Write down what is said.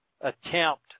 attempt